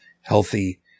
healthy